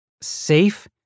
safe